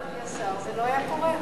אדוני השר, זה לא היה קורה.